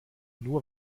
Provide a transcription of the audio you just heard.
nur